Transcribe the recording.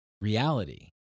reality